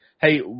Hey